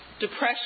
Depression